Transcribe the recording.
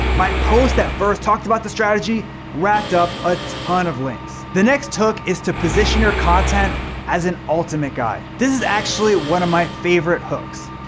my past that first talked about the strategy racked up a ton of links. the next hook is to position your content as an ultimate guide. this is actually one of my favorite hooks.